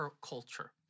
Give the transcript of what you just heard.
culture